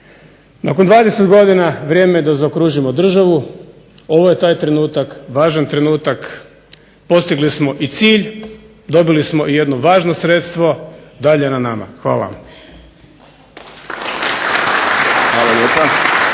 Nakon 20 godina vrijeme je da zaokružimo državu, ovo je taj trenutak postigli smo i cilj, dobili smo jedno važno sredstvo, dalje je na nama. Hvala vam. /Pljesak./